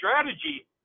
strategy